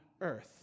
earth